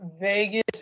Vegas